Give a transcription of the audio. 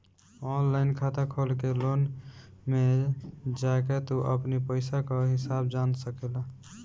online खाता खोल के लोन में जाके तू अपनी पईसा कअ हिसाब जान सकेला